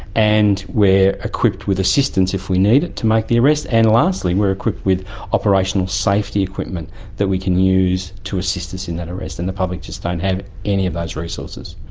and we are equipped with assistance if we need it to make the arrest, and lastly we are equipped with operational safety equipment that we can use to assist us in that arrest, and the public just don't have any of those resources.